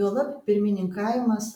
juolab pirmininkavimas